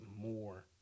more